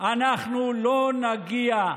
אנחנו לא נגיע.